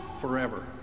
forever